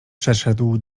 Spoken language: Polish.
przeszedł